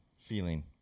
feeling